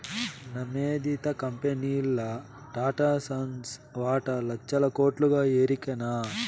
నమోదిత కంపెనీల్ల టాటాసన్స్ వాటా లచ్చల కోట్లుగా ఎరికనా